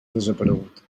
desaparegut